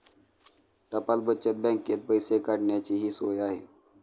टपाल बचत बँकेत पैसे काढण्याचीही सोय आहे